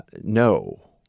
No